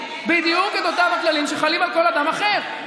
בדיוק את אותם הכללים שחלים על כל אדם אחר.